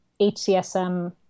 HCSM